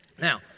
Now